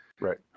Right